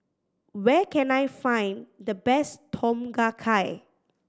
where can I find the best Tom Kha Gai